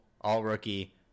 all-rookie